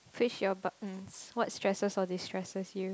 um what stresses all these stresses you